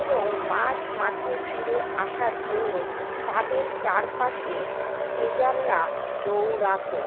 এবং মাঝ মাঠে ফিরে আসার জন্য তাদের চারপাশে চেসাররা দৌড়াতো